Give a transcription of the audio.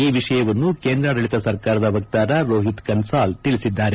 ಈ ವಿಷಯವನ್ನು ಕೇಂದ್ರಾಡಳಿತ ಸರ್ಕಾರದ ವಕ್ತಾರ ರೋಹಿತ್ ಕನ್ಸಾಲ್ ತಿಳಿಸಿದ್ದಾರೆ